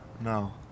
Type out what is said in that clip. No